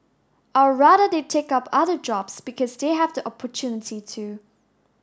I'd rather they take up other jobs because they have the opportunity to